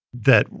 that,